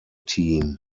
team